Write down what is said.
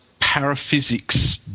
paraphysics